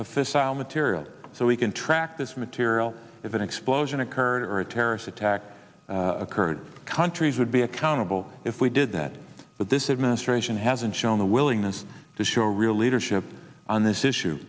fissile material so we can track this material if an explosion occurred earth terrorist attack occurred countries would be accountable if we did that but this administration hasn't shown the willingness to show real leadership on this issue